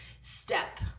step